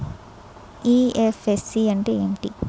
IFSC అంటే ఏమిటి?